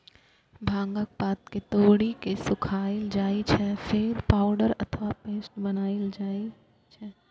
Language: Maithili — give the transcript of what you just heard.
भांगक पात कें तोड़ि के सुखाएल जाइ छै, फेर पाउडर अथवा पेस्ट बनाएल जाइ छै